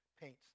paints